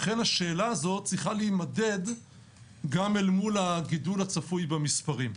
לכן השאלה הזאת צריכה להימדד גם אל מול הגידול הצפוי במספרים.